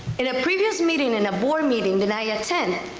in a previous meeting, in a board meeting that i attend,